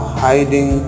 hiding